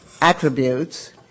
attributes